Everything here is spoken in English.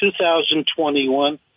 2021